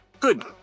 Good